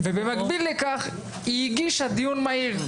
במקביל לכך היא גם הגישה בקשה לדיון מהיר.